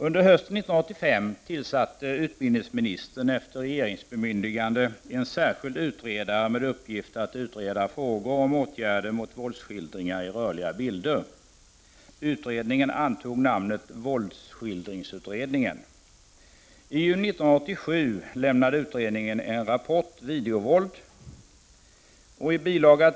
Under hösten 1985 tillsatte utbildningsministern efter regeringsbemyndigande en särskild utredare med uppgift att utreda frågor om åtgärder mot våldsskildringar i rörliga bilder. Utredningen antog namnet våldsskildringsutredningen. I juni 1987 lämnade utredningen en rapport kallad Videovåld. I bil.